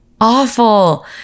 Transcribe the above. awful